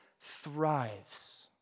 thrives